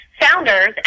founders